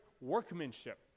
workmanship